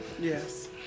Yes